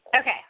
Okay